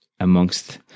Amongst